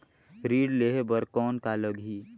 ऋण लेहे बर कौन का लगही?